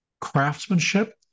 craftsmanship